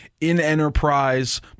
in-enterprise